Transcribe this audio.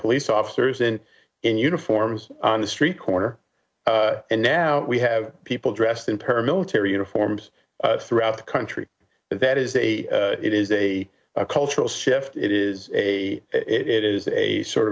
police officers in in uniforms on the street corner and now we have people dressed in paramilitary uniforms throughout the country and that is a it is a cultural shift it is a it is a sort